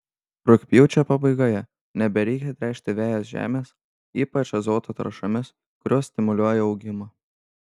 rugpjūčio pabaigoje nebereikia tręšti vejos žemės ypač azoto trąšomis kurios stimuliuoja augimą